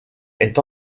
est